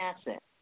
asset